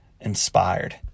Inspired